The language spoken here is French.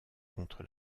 contre